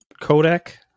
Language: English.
Kodak